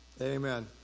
Amen